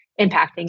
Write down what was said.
impacting